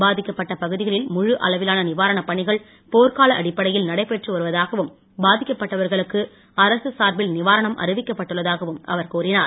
பாதிக்கப்பட்ட பகுதிகளில் முழு அளவிலான நிவாரணப்பணிகள் போர்க்கால அடிப்படையில் நடைபெற்று வருவதாகவும் பாதிக்கப் பட்டவர்களுக்கு அரசு சார்பில் நிவாரணம் அறிவிக்கப் பட்டுள்ளதாகவும் அவர் கூறினார்